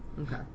Okay